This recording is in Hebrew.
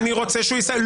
אני רוצה שהוא יסיים.